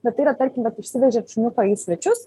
bet tai yra tarkim vat išsivežėt šuniuką į svečius